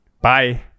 Bye